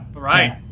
Right